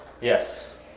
Yes